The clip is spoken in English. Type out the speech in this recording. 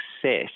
success